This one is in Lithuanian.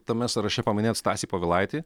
tame sąraše paminėt stasį povilaitį